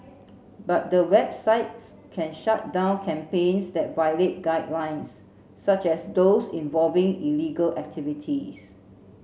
but the websites can shut down campaigns that violate guidelines such as those involving illegal activities